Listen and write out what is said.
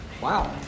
wow